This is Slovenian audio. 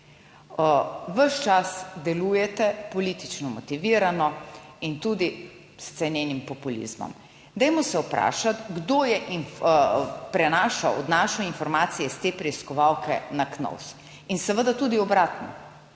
Ves čas delujete politično motivirano in tudi s cenenim populizmom. Dajmo se vprašati, kdo je prenašal naše informacije iz te preiskovalke na KNOVS in seveda tudi obratno,